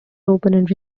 opponent